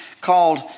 called